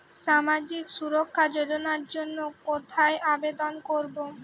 সামাজিক সুরক্ষা যোজনার জন্য কোথায় আবেদন করব?